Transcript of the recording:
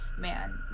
man